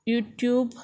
YouTube